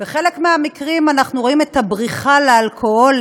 בחלק מהמקרים אנחנו רואים את הבריחה לאלכוהול,